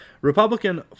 Republican